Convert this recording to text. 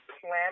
plan